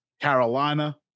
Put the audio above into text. Carolina